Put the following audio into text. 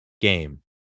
game